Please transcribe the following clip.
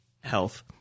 health